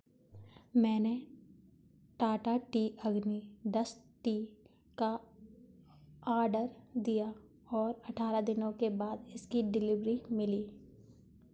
मैंने Tata tea Agni dust tea का order दिया और अठारह दिनों के बाद इसकी डिलीवरी मिली